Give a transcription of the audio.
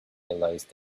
realized